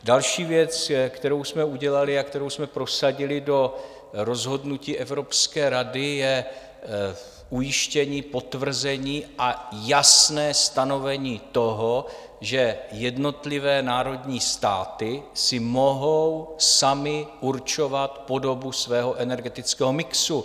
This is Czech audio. Další věc, kterou jsme udělali a kterou jsme prosadili do rozhodnutí Evropské rady, je ujištění, potvrzení a jasné stanovení toho, že jednotlivé národní státy si mohou samy určovat podobu svého energetického mixu.